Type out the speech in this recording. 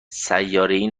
سیارهای